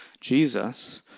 Jesus